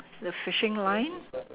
the fishing line